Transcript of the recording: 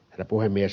herra puhemies